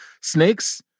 snakes